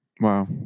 Wow